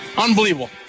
unbelievable